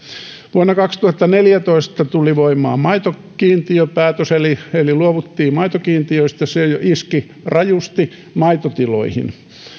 vuonna kaksituhattaneljätoista tuli voimaan maitokiintiöpäätös eli eli luovuttiin maitokiintiöistä se jo iski rajusti maitotiloihin